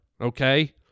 okay